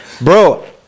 Bro